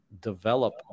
develop